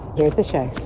here's the show